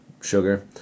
sugar